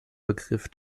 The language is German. begriff